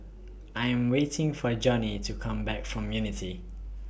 I Am waiting For Johney to Come Back from Unity